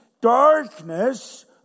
darkness